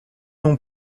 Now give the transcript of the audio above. non